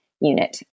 unit